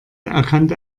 erkannte